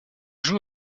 joue